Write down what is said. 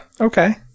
Okay